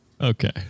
Okay